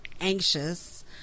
anxious